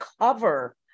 cover